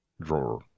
Drawer